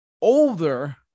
older